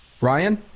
ryan